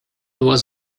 was